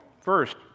First